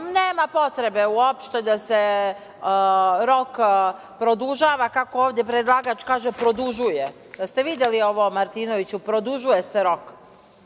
nema potrebe uopšte da se rok produžava, kako ovde predlagač kaže – produžuje. Jeste li videli ovo, Martinoviću? Produžuje se rok.